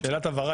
ועדיין,